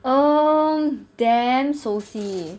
oh damn 熟悉